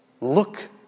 Look